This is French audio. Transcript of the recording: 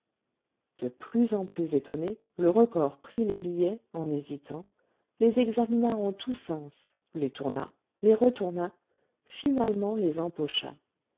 de plus en plus étonné le recors prit les billets en hésitant les examina en tous sens les tourna les retourna finalement les empocha